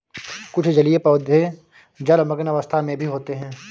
कुछ जलीय पौधे जलमग्न अवस्था में भी होते हैं